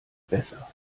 besser